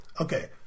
Okay